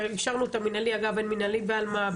אגב אין מינהלי באלמ"ב,